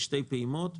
בשתי פעימות.